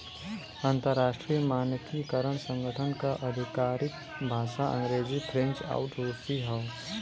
अंतर्राष्ट्रीय मानकीकरण संगठन क आधिकारिक भाषा अंग्रेजी फ्रेंच आउर रुसी हौ